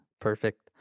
Perfect